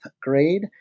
grade